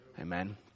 Amen